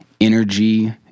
energy